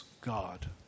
God